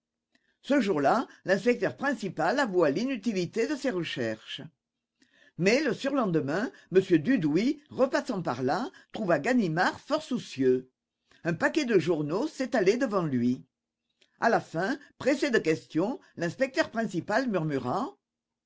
ce jour-là l'inspecteur principal avoua l'inutilité de ses recherches mais le surlendemain m dudouis repassant par là trouva ganimard fort soucieux un paquet de journaux s'étalait devant lui à la fin pressé de questions l'inspecteur principal murmura